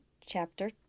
chapter